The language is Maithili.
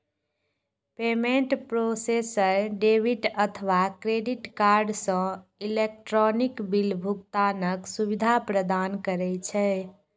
पेमेंट प्रोसेसर डेबिट अथवा क्रेडिट कार्ड सं इलेक्ट्रॉनिक बिल भुगतानक सुविधा प्रदान करै छै